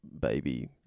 Baby